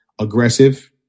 aggressive